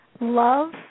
love